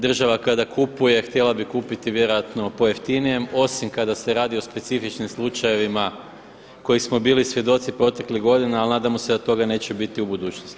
Država kada kupuje htjela bi kupiti vjerojatno po jeftinijem osim kada se radi o specifičnim slučajevima koji smo bili svjedoci proteklih godina, ali nadamo se da toga neće biti u budućnosti.